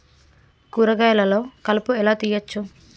కూరగాయలలో కలుపు ఎలా తీయచ్చు?